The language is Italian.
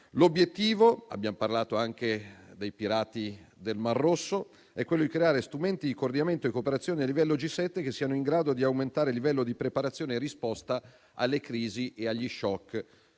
pragmatismo: abbiamo parlato anche dei pirati del Mar Rosso e l'obiettivo è quello di creare strumenti di coordinamento e cooperazione a livello di G7 che siano in grado di aumentare il livello di preparazione in risposta alle crisi e agli *shock*